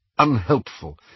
unhelpful